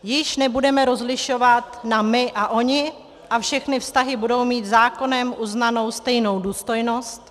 Již nebudeme rozlišovat na my a oni a všechny vztahy budou mít zákonem uznanou stejnou důstojnost.